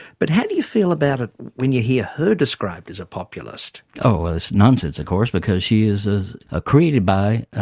but how do you feel about it when you hear her described as a populist? oh well it's nonsense of course because she is is ah created by,